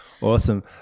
awesome